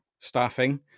staffing